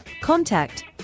Contact